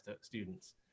students